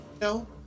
No